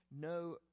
no